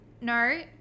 No